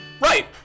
Right